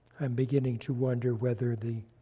i'm beginning to wonder whether the